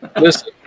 Listen